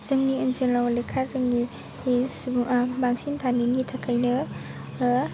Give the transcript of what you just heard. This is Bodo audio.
जोंनि ओनसोलाव लेखा रोङै सुबुङा बांसिन थानायनि थाखायनो